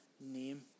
name